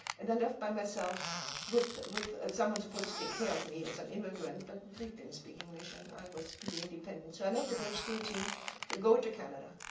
and i left by myself with with someone supposed to take care of me and so immigrant, but they didn't speak english and i was pretty independent. i left at age thirteen to go to canada